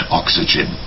oxygen